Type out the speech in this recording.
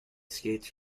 skates